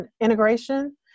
integration